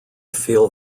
feel